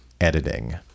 editing